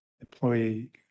employee